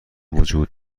وجود